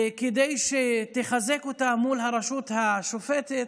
כדי שתחזק אותה מול הרשות השופטת,